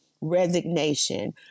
resignation